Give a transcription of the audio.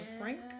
Frank